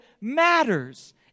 matters